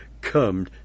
come